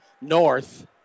north